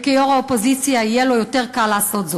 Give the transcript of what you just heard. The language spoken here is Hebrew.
וכיו"ר האופוזיציה יהיה לו קל יותר לעשות זאת.